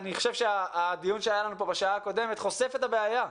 אני חושב שהדיון שהיה בשעה הקודמת חושף את הבעיה.